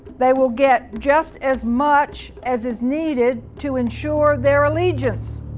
they will get just as much as is needed to ensure their allegiance.